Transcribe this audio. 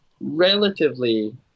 relatively